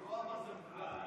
הוא לא אמר שזאת מדינת היהודים,